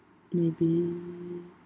maybe